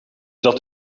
dat